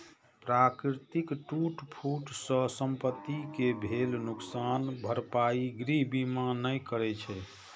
प्राकृतिक टूट फूट सं संपत्ति कें भेल नुकसानक भरपाई गृह बीमा नै करै छै